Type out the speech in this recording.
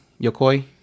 Yokoi